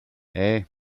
hey